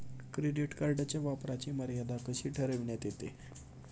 Credit कार्डच्या वापराची मर्यादा कशी ठरविण्यात येते?